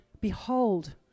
behold